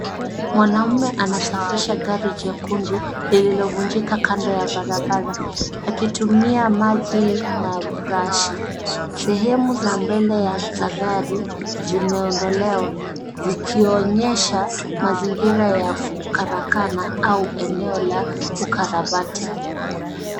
Mwanaume anasafisha gari jekundu lililovunjika kando ya barabara akitumia maji na brashi. Sehemu za mbele za gari zimeondolewa zikionyesha mazingira ya kukarakana au eneo la ukarabati.